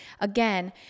again